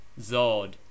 Zod